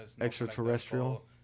Extraterrestrial